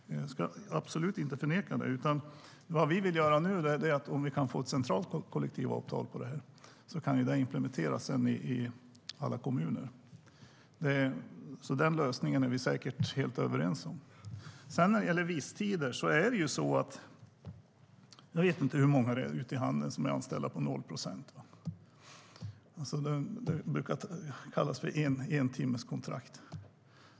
Så är det absolut - jag ska inte förneka det. När det gäller visstider: Jag vet inte hur många ute i handeln som är anställda på noll procent. Det brukar kallas entimmeskontrakt.